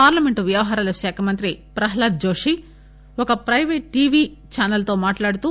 parliament వ్యవహారాల శాఖ మంత్రి ప్రస్లాద్ జోషి ఒక ప్లిపేట్ టివి ఛాసెల్ తో మాట్లాడుతూ